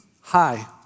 Hi